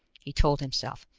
he told himself,